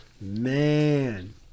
Man